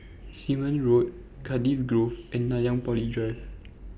Simon Road Cardifi Grove and Nanyang Poly Drive